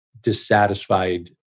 dissatisfied